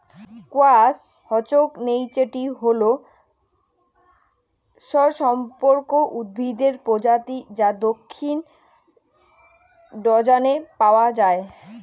crocus হসকনেইচটি হল সপুষ্পক উদ্ভিদের প্রজাতি যা দক্ষিণ জর্ডানে পাওয়া য়ায়